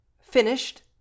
Finished